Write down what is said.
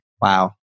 Wow